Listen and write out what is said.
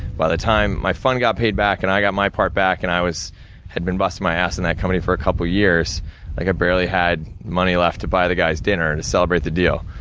by the time my fund got paid back, and i got my part back, and i was had been busting my ass in that company for a couple years, like i barely had money left to buy the guys dinner, to celebrate the deal.